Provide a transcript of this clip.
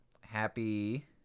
Happy